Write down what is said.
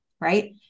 right